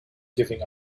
giving